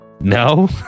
no